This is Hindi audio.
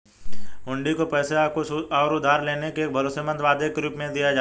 हुंडी को पैसे या कुछ और उधार लेने के एक भरोसेमंद वादे के रूप में दिया जाता है